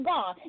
God